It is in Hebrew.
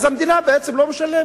אז בעצם המדינה לא משלמת,